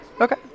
Okay